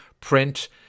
print